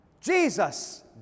Jesus